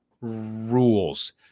rules